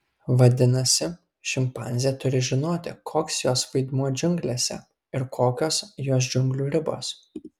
vadinasi šimpanzė turi žinoti koks jos vaidmuo džiunglėse ir kokios jos džiunglių ribos